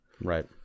Right